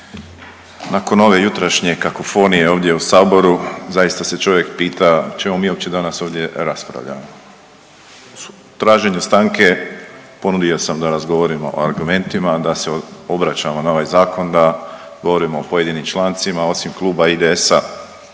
Nakon ove jutrašnje kakofonije ovdje u Saboru zaista se čovjek pita o čemu mi uopće danas ovdje raspravljamo. U traženju stanke ponudio sam da razgovaramo o argumentima, da se obraćamo na ovaj zakon da govorimo o pojedinim člancima osim kluba IDS-a